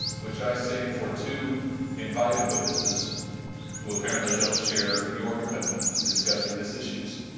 which i say for two invited witnesses who apparently don't share your commitment to discussing this issues.